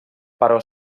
però